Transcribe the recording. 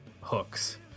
hooks